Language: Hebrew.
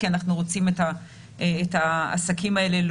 כי אנחנו לא רוצים להרעיב את העסקים האלה,